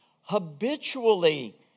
habitually